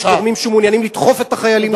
יש גורמים שמעוניינים לדחוף את החיילים לשם,